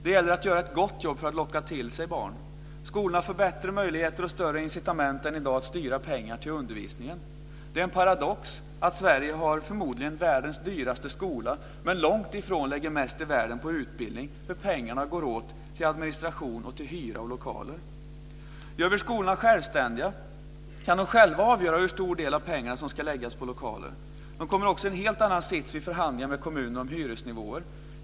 Det gäller att göra ett gott jobb för att locka till sig elever. Skolorna får bättre möjligheter och större incitament än idag att styra pengar till undervisningen. Det är en paradox att Sverige förmodligen har världens dyraste skola men långt ifrån är bäst i världen på utbildning, för pengarna går åt till administration, hyra och lokaler. Gör vi skolorna självständiga kan de själva avgöra hur stor del av pengarna som ska läggas på lokaler. De kommer också i en helt annan sits vid förhandlingar med kommunen om hyresnivåer.